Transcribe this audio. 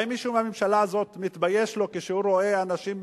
האם מישהו מהממשלה הזאת מתבייש לו כשהוא רואה אנשים,